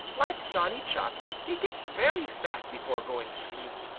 like johnny chuck he gets very fat before going to sleep.